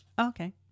okay